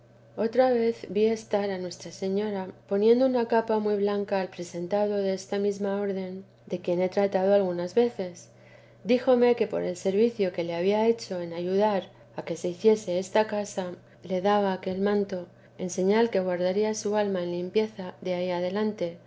otra vez vi estar a nuestra señora poniendo una capa muy blanca al presentado desta mesma orden de quien he tratado algunas veces díjome que por el servicio que le había hecho en ayudar a que se hiciese esta casa le daba aquel manto en señal que guardaría su alma en limpieza de ahí adelante